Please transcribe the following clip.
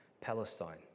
Palestine